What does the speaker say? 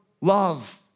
love